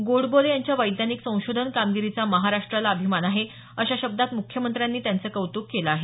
गोडबोले यांच्या वैज्ञानिक संशोधन कामगिरीचा महाराष्ट्राला अभिमान आहे अशा शब्दात मुख्यमंत्र्यांनी त्यांचं कौतुक केलं आहे